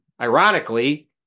ironically